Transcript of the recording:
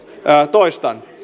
toistan